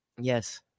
Yes